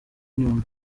nyundo